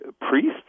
priests